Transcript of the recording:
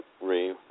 Ray